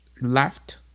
left